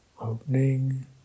opening